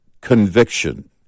conviction